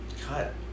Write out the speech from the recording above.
cut